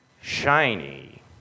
shiny